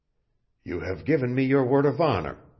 you have given me your word of honor.